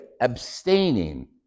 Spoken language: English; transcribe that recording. abstaining